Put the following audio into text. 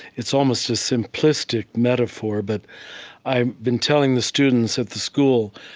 it's almost a simplistic metaphor, but i've been telling the students at the school,